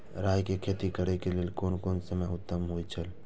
राय के खेती करे के लेल कोन समय उत्तम हुए छला?